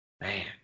man